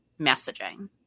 messaging